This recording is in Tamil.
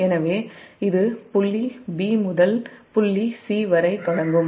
எனவே இது புள்ளி b முதல் புள்ளி c வரை தொடங்கும்